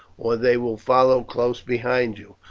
or they will follow close behind you,